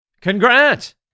Congrats